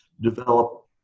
develop